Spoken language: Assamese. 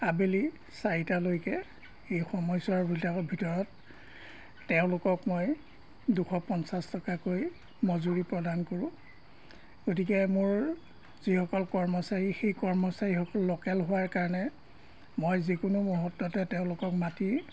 আবেলি চাৰিটালৈকে এই সমস্যাবিলাকৰ ভিতৰত তেওঁলোকক মই দুশ পঞ্চাছ টকাকৈ মজুৰি প্ৰদান কৰোঁ গতিকে মোৰ যিসকল কৰ্মচাৰী সেই কৰ্মচাৰীসকল লোকেল হোৱাৰ কাৰণে মই যিকোনো মুহূৰ্ততে তেওঁলোকক মাতি